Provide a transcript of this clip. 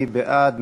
מי בעד?